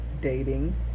Dating